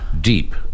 deep